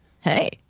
Hey